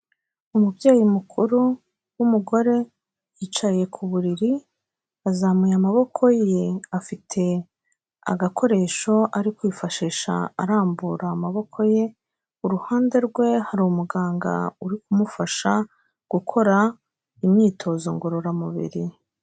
Umubyeyi mukuru w'umugore yicaye ku buriri azamuye amaboko ye, afite agakoresho ari kwifashisha arambura amaboko ye, uruhande rwe hari umuganga uri kumufasha gukora imyitozo ngororamubiri.